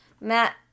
Matt